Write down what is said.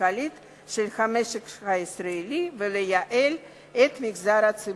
הכלכלית של המשק הישראלי ולייעל את המגזר הציבורי.